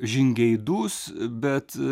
žingeidus bet